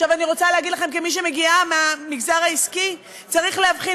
עכשיו אני רוצה להגיד לכם כמי שמגיעה מהמגזר העסקי: צריך להבחין